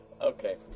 Okay